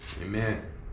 Amen